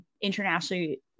internationally